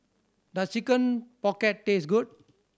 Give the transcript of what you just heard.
does Chicken Pocket taste good